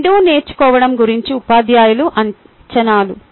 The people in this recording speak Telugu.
రెండూ నేర్చుకోవడం గురించి ఉపాధ్యాయుల అంచనాలు